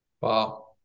Wow